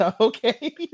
Okay